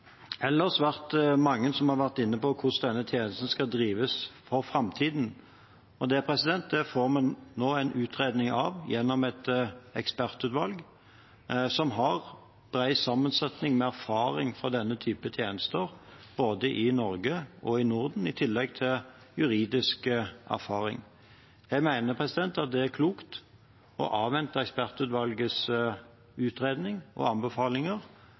får vi nå en utredning om gjennom et ekspertutvalg, som har en bred sammensetning av erfaring med denne typen tjenester både i Norge og i Norden, i tillegg til juridisk erfaring. Jeg mener det er klokt å avvente ekspertutvalgets utredning og anbefalinger